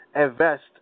invest